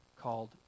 called